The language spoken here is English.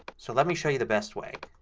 so let me show you the best way.